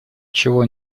чего